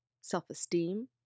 self-esteem